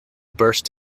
burst